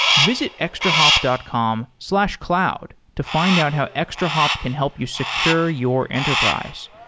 visit extrahop dot com slash cloud to find out how extrahop can help you secure your enterprise.